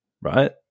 right